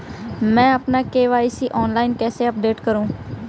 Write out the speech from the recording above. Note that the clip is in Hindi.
मैं अपना के.वाई.सी ऑनलाइन कैसे अपडेट करूँ?